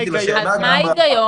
יואב, מה ההיגיון